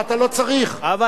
אבל מאחר שאני רואה,